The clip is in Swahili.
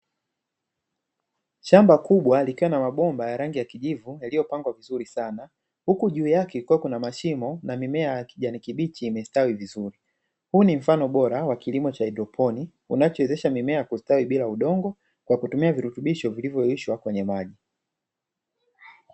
Shamba kubwa likiwa na mabomba ya rangi ya kijivu yaliyopangwa vizuri sana, huku juu yake kwako na mashimo na mimea ya kijani kibichi imestawi vizuri. Huu ni mfano bora wa kilimo cha haidroponi, unawezesha mimea kustawi bila udongo kwa kutumia virutubisho vilivyoishwa kwenye maji.